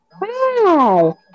Wow